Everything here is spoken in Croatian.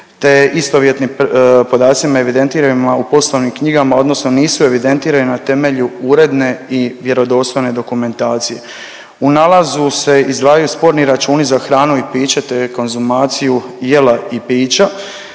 je istovjetnim podacima evidentirano u poslovnim knjigama odnosno nisu evidentirani na temelju uredne i vjerodostojne dokumentacije. U nalazu se izdvajaju sporni računi za hranu i piće te konzumaciju jela i pića